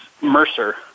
Mercer